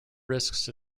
risks